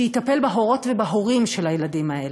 שיטפל בהורות ובהורים של הילדים האלה,